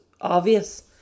obvious